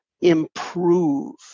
improve